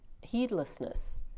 heedlessness